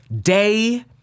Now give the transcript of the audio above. day